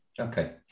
Okay